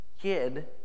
kid